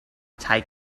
take